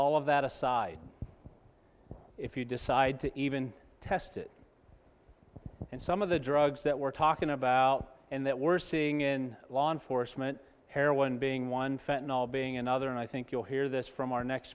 all of that aside if you decide to even test it and some of the drugs that we're talking about and that we're seeing in law enforcement heroin being one fountain all being another and i think you'll hear this from our next